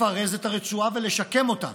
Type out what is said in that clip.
לפרז את הרצועה ולשקם אותה.